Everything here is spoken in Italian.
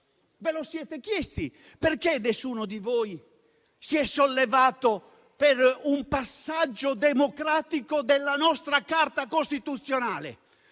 Vi siete chiesti perché nessuno di voi si è sollevato per un passaggio democratico della nostra Carta costituzionale?